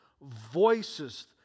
voices